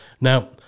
Now